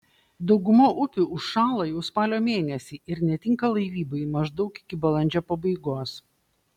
dauguma upių užšąla jau spalio mėnesį ir netinka laivybai maždaug iki balandžio pabaigos